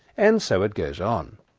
and so it goes on.